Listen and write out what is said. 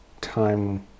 time